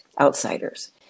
outsiders